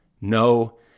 no